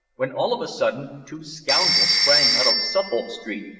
when, all of a sudden, two scoundrels sprang out of suffolk street,